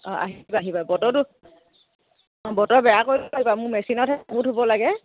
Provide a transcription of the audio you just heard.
অঁ আহিবা আহিবা বতৰটো অঁ বতৰ বেয়া কৰিলেও আহিবা মোৰ মেচিনতহে কাপোৰ ধুব লাগে